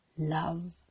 Love